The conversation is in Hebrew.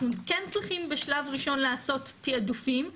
אנחנו כן צריכים בשלב ראשון לעשות תיעדופים,